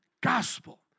Gospel